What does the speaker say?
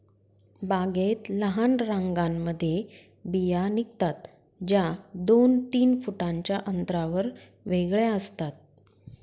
बागेत लहान रांगांमध्ये बिया निघतात, ज्या दोन तीन फुटांच्या अंतरावर वेगळ्या असतात